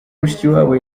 mushikiwabo